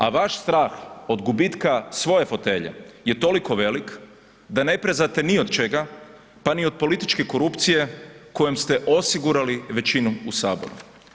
A vaš strah od gubitka svoje fotelje je toliko velik da ne prezate ni od čega pa ni od političke korupcije kojom ste osigurali većinu u Saboru.